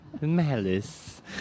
Malice